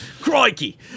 crikey